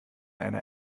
einer